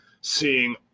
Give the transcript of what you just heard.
seeing